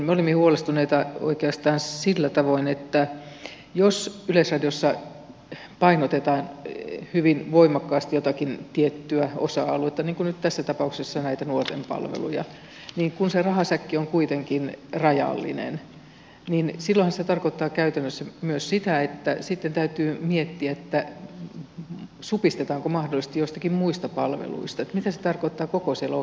me olimme huolestuneita oikeastaan sillä tavoin että jos yleisradiossa painotetaan hyvin voimakkaasti jotakin tiettyä osa aluetta niin kuin nyt tässä tapauksessa näitä nuorten palveluja niin kun se rahasäkki on kuitenkin rajallinen niin silloinhan se tarkoittaa käytännössä myös sitä että sitten täytyy miettiä supistetaanko mahdollisesti joistakin muista palveluista mitä se tarkoittaa koko siellä ohjelmakartassa